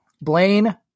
blaine